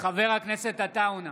עטאונה,